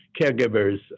caregivers